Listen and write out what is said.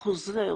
החוזר,